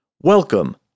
Welcome